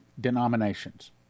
denominations